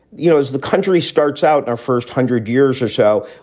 you know, as the country starts out our first hundred years or so,